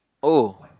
oh